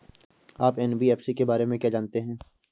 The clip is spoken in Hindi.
आप एन.बी.एफ.सी के बारे में क्या जानते हैं?